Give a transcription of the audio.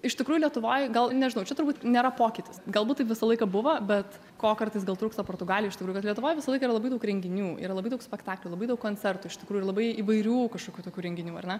iš tikrųjų lietuvoj gal nežinau čia turbūt nėra pokytis galbūt taip visą laiką buvo bet ko kartais gal trūksta portugalijoj iš tikrųjų kad lietuvoj visą laiką yra labai daug renginių yra labai daug spektaklių labai daug koncertų iš tikrųjų ir labai įvairių kažkokių tokių renginių ar ne